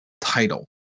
title